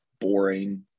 boring